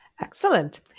Excellent